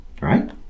right